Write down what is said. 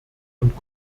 und